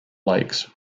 lakes